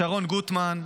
שרון גוטמן,